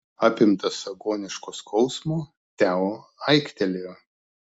apimtas agoniško skausmo teo aiktelėjo